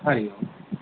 हरिः ओम्